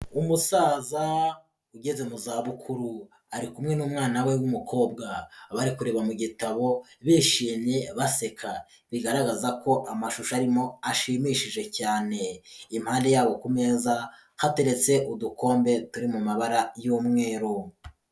Umusaza ugeze mu za bukuru, ari kumwe n'umwana we w'umukobwa, bari kureba mu gitabo bishimye baseka, bigaragaza ko amashusho arimo ashimishije cyane, impande yabo ku meza hateretse udukombe turi mu mabara y'umweru.